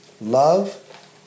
Love